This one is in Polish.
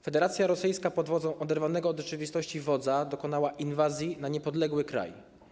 Federacja Rosyjska pod wodzą oderwanego od rzeczywistości wodza dokonała inwazji na niepodległy kraj.